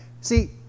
See